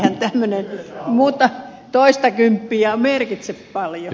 eihän tämmöinen toistakymppiä merkitse paljon